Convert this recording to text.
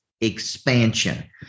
expansion